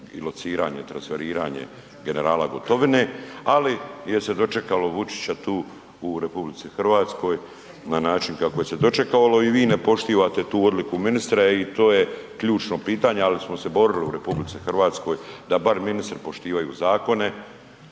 i lociranje, transferiranje generala Gotovine, ali je se dočekalo Vučića tu u RH na način kako je se dočekalo i vi ne poštivate tu odluku ministre i to je ključno pitanje, ali smo se borili u RH da bar ministri poštivaju zakone,